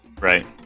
Right